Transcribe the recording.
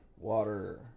Water